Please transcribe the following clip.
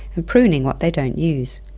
and pruning what they don't use.